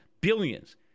billions